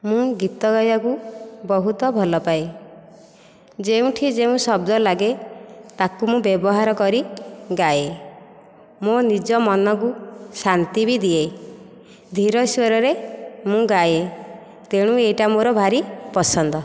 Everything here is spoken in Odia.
ମୁଁ ଗୀତ ଗାଇବାକୁ ବହୁତ ଭଲ ପାଏ ଯେଉଁଠି ଯେଉଁ ଶବ୍ଦ ଲାଗେ ତାକୁ ମୁଁ ବ୍ୟବହାର କରି ଗାଏ ମୋ ନିଜ ମନକୁ ଶାନ୍ତି ବି ଦିଏ ଧୀର ସ୍ୱରରେ ମୁଁ ଗାଏ ତେଣୁ ଏହିଟା ମୋର ଭାରି ପସନ୍ଦ